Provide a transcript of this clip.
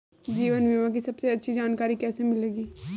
जीवन बीमा की सबसे अच्छी जानकारी कैसे मिलेगी?